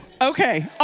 Okay